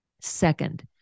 Second